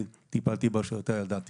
וטיפלתי בה כשהייתה ילדה צעירה.